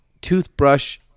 toothbrush